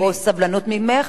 או סבלנות ממך,